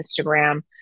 Instagram